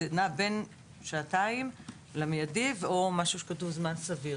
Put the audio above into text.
זה נע בין שעתיים למיידי או מה שכתוב זמן סביר.